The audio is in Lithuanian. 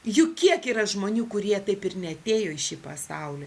juk kiek yra žmonių kurie taip ir neatėjo į šį pasaulį